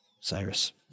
Cyrus